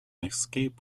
escape